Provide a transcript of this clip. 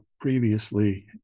previously